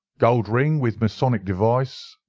gold ring, with masonic device.